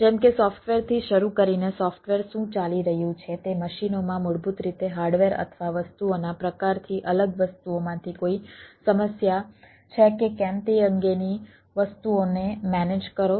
જેમ કે સોફ્ટવેરથી શરૂ કરીને સોફ્ટવેર શું ચાલી રહ્યું છે તે મશીનોમાં મૂળભૂત રીતે હાર્ડવેર અથવા વસ્તુઓના પ્રકારથી અલગ વસ્તુઓમાંથી કોઈ સમસ્યા છે કે કેમ તે અંગેની વસ્તુઓને મેનેજ કરો